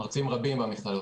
מרצים רבים במכללות.